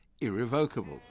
irrevocable